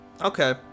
Okay